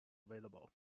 available